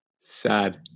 Sad